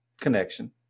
Connection